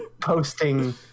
Posting